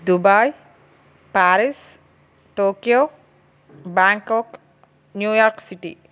Dubai Paris Tokyo Bangkok New York City